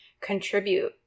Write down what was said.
contribute